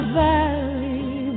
valley